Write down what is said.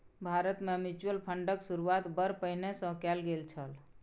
भारतमे म्यूचुअल फंडक शुरूआत बड़ पहिने सँ कैल गेल छल